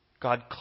God